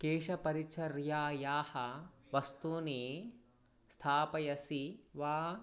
केशपरिचर्यायाः वस्तूनि स्थापयसि वा